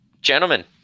gentlemen